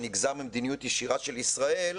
שנגזר ממדיניות ישירה של ישראל,